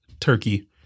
turkey